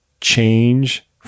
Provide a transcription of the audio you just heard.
change